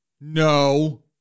no